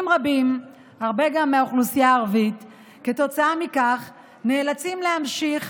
בבקשה, מזכירת הכנסת, נא לקרוא